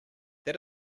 that